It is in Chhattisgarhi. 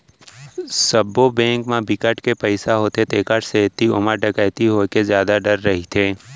सबो बेंक म बिकट के पइसा होथे तेखर सेती ओमा डकैती होए के जादा डर रहिथे